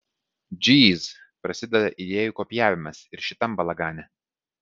džyz prasideda idėjų kopijavimas ir šitam balagane